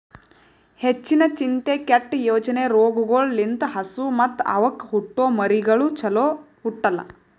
ಹೆಚ್ಚಿನ ಚಿಂತೆ, ಕೆಟ್ಟ ಯೋಚನೆ ರೋಗಗೊಳ್ ಲಿಂತ್ ಹಸು ಮತ್ತ್ ಅವಕ್ಕ ಹುಟ್ಟೊ ಮರಿಗಳು ಚೊಲೋ ಹುಟ್ಟಲ್ಲ